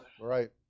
Right